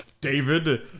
David